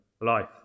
life